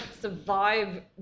survive